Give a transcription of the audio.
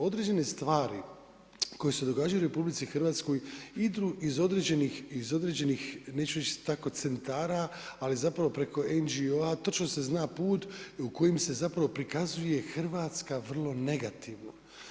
Određene stvari koje se događaju u RH idu iz određenih, iz određenih, neću reći tako centara ali zapravo preko NGO-a točno se zna put i u kojim se zapravo prikazuje Hrvatska vrlo negativno.